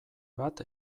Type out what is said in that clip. bat